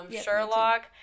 Sherlock